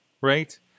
right